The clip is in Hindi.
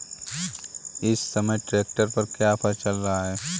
इस समय ट्रैक्टर पर क्या ऑफर चल रहा है?